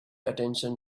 attention